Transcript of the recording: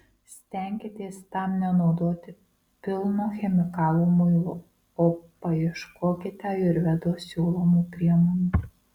stenkitės tam nenaudoti pilno chemikalų muilo o paieškokite ajurvedos siūlomų priemonių